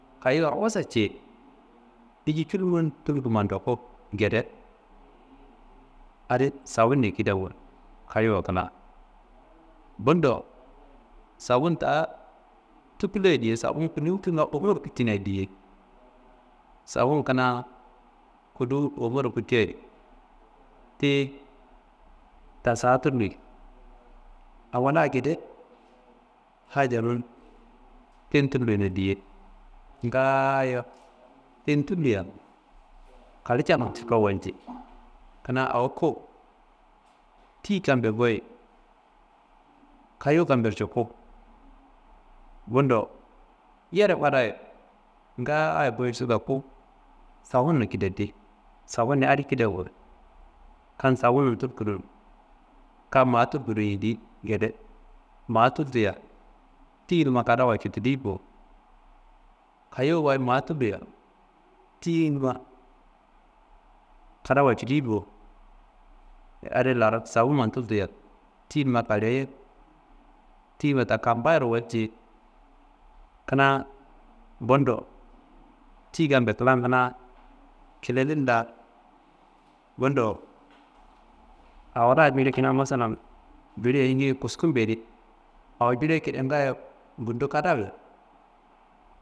Kayowaro wusa ciye, inci culumman tulkuma ndoku gede, adi safunniyi kidangu kayowuwa klan bundo safuun taa tukulla ye diye, safun kulu cunga omoro kutinaye diye, safun kena kuluwu omoro kuti adi ti tasaa tulli, awo la gede hajanum tin tullina diye ngaayo tin tulliya kalewu saallo waci kena awo ku tiyi kambe goyi, kayowu kambero cuku, bundo yere fadaye ngaaye goyi suda ku safunin kidati, safuni adi kidawo, kam safunin tulkudu n kam maa tulkudu n yindi gede, maa tultia tiyinumma kadafa citiliyi bo, kayowuwa maa tulliya tiyi numma kadafa cili bo, adi laro safuman tultia tiyinumma kalewu ye, tiyinumma kampayiro walci ye, kuna mbundo tiyi kambe klan kena kelelin la, bundo awo la jili kuna masalan jili eyinguye kuskumbe di, awo jili ekedia ngayo gundo kadafuye